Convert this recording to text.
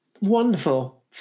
wonderful